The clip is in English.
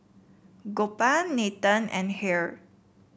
Gopal Nathan and